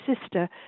sister